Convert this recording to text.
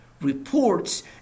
reports